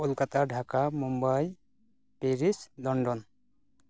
Kolkata Dhaka Mumbai Paris London